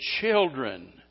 children